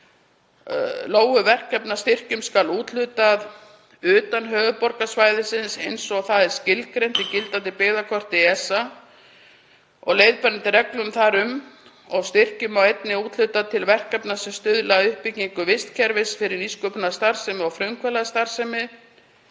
Lóu – verkefnastyrkjum skal úthlutað utan höfuðborgarsvæðisins, eins og það er skilgreint í gildandi byggðakorti ESA og leiðbeinandi reglum þar um. Styrkjum má einnig úthluta til verkefna sem stuðla að uppbyggingu vistkerfis fyrir nýsköpunarstarfsemi og frumkvöðlastarf.